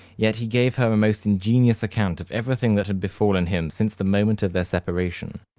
yet he gave her a most ingenuous account of everything that had befallen him since the moment of their separation.